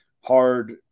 hard